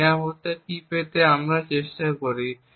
এবং এই নিরাপত্তা কী পেতে চেষ্টা করি